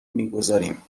میگذاریم